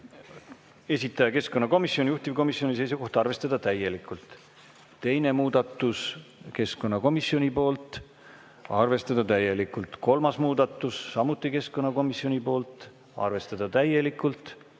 esitaja keskkonnakomisjon, juhtivkomisjoni seisukoht on arvestada täielikult. Teine muudatus, keskkonnakomisjoni poolt, arvestada täielikult. Kolmas muudatus, samuti keskkonnakomisjoni poolt, arvestada täielikult.